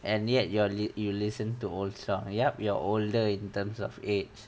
and yet you are you listen to old song yup you're older in terms of age